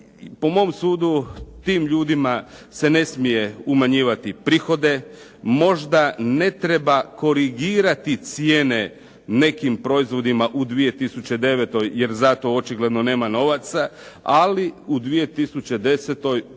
Po mom sudu, tim ljudima se ne smije umanjivati prihode. Možda ne treba korigirati cijene nekim proizvodima u 2009. jer za to očigledno nema novaca, ali u 2010.